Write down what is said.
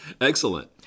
Excellent